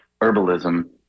herbalism